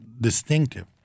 distinctive